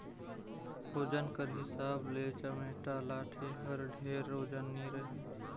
ओजन कर हिसाब ले चमेटा लाठी हर ढेर ओजन नी रहें